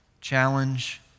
challenge